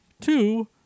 two